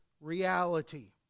reality